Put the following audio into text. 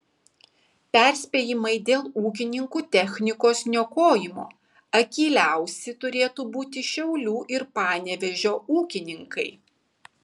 perspėjimai dėl ūkininkų technikos niokojimo akyliausi turėtų būti šiaulių ir panevėžio ūkininkai